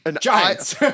Giants